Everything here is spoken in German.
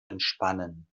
entspannen